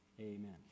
amen